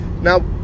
now